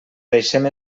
deixem